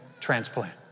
transplant